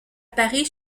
paris